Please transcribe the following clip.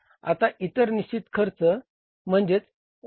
आता इतर निश्चित खर्च म्हणजेच OFC